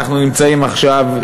אנחנו נמצאים עכשיו,